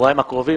בשבועיים הקרובים